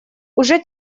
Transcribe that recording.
уже